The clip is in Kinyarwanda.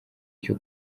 cyo